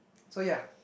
so ya